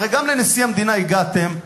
הרי גם לנשיא המדינה הגעתם.